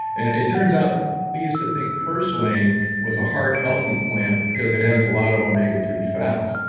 and it turns out that we used to think purslane was a heart healthy plant, because it has a lot of omega three fats.